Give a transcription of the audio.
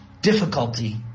difficulty